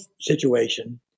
situation